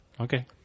Okay